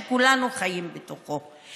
שכולנו חיים בתוכו?